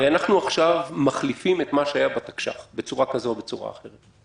הרי אנחנו עכשיו מחליפים את מה שהיה בתקש"ח בצורה כזו או בצורה אחרת.